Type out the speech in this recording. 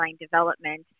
development